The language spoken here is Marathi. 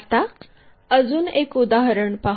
आता अजून एक उदाहरण पाहू